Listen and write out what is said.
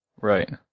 Right